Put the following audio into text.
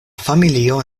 familio